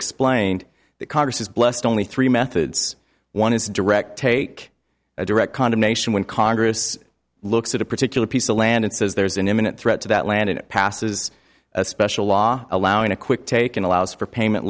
explained that congress is blessed only three methods one is direct take a direct condemnation when congress looks at a particular piece of land and says there's an imminent threat to that land and it passes a special law allowing a quick taken allows for payment